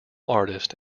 artist